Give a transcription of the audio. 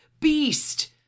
Beast